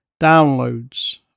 downloads